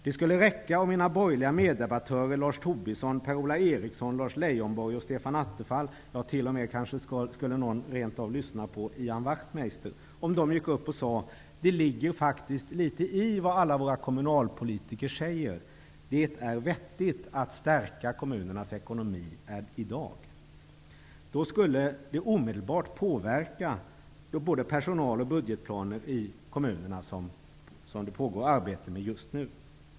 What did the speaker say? Det skulle räcka om mina borgerliga meddebattörer Lars Tobisson, Per-Ola Eriksson, Lars Leijonborg och Stefan Attefall -- någon skulle kanske rent av lyssna på Ian Wachtmeister -- gick upp här och sade att det faktiskt ligger något i vad alla våra kommunalpolitiker säger. Det är vetttigt att stärka kommunernas ekonomi i dag. Då skulle det omedelbart påverka både personal och budgetplaner i kommunerna, vilket det just nu pågår arbete med.